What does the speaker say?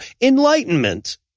Enlightenment